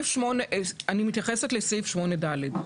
אני מתייחסת לסעיף 8ד,